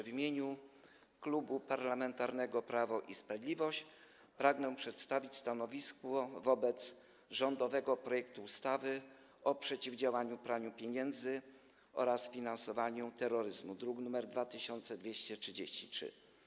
W imieniu Klubu Parlamentarnego Prawo i Sprawiedliwość pragnę przedstawić stanowisko wobec rządowego projektu ustawy o przeciwdziałaniu praniu pieniędzy oraz finansowaniu terroryzmu, druk nr 2233.